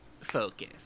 focus